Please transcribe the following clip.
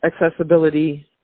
accessibility